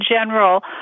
general